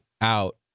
out